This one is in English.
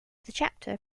chapter